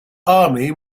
army